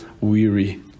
weary